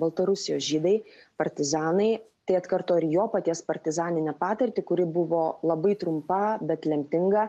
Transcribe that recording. baltarusijos žydai partizanai tai atkartoja ir jo paties partizaninę patirtį kuri buvo labai trumpa bet lemtinga